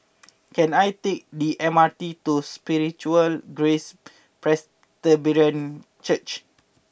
can I take the M R T to Spiritual Grace Presbyterian Church